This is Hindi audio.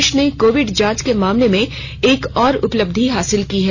देश ने कोविड जांच के मामले में एक और उपलब्धि हासिल की है